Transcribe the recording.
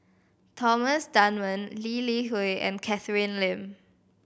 Thomas Dunman Lee Li Hui and Catherine Lim